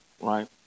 right